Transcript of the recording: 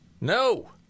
No